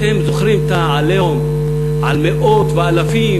אתם זוכרים את ה"עליהום" על מאות ואלפי,